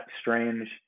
strange